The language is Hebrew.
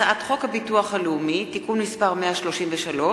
הצעת חוק הביטוח הלאומי (תיקון מס' 133),